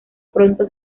pronto